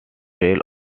fell